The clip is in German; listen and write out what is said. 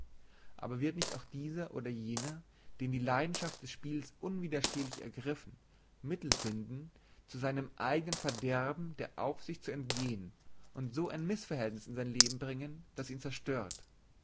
aber wird nicht auch dieser oder jener den die leidenschaft des spiels unwiderstehlich ergriffen mittel finden zu seinem eignen verderben der aufsicht zu entgehen und so ein mißverhältnis in sein leben bringen das ihn zerstört